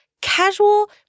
casual